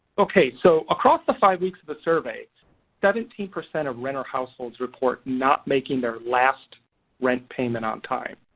okay so across the five weeks of the survey seventeen percent of renter households report not making their last rent payment on time.